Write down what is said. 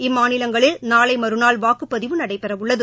இம்மாநிலங்களில் நாளை மறுநாள் வாக்குப்பதிவு நடைபெறவுள்ளது